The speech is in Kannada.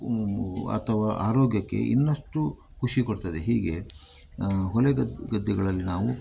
ಅಥವಾ ಆರೋಗ್ಯಕ್ಕೆ ಇನ್ನಷ್ಟು ಖುಷಿ ಕೊಡ್ತದೆ ಹೀಗೆ ಹೊಲ ಗದ್ದೆ ಗದ್ದೆಗಳಲ್ಲಿ ನಾವು